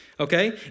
Okay